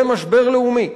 זה משבר לאומי,